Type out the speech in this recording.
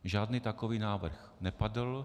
Žádný takový návrh nepadl.